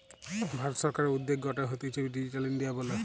ভারত সরকারের উদ্যোগ গটে হতিছে ডিজিটাল ইন্ডিয়া বলে